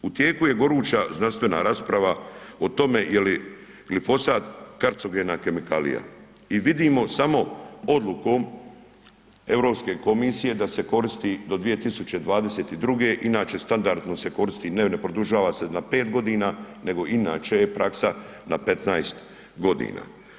U tijeku je goruća znanstvena rasprava o tome je li glifosat karcogena kemikalija i vidimo samo odlukom Europske komisije da se koristi do 2022. inače standardno se koristi, ne ne produžava se na 5 godina nego inače je praksa na 15 godina.